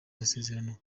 masezerano